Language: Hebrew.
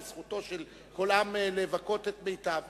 וזכותו של כל עם לבכות את מתיו,